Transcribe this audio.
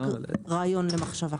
רק רעיון למחשבה.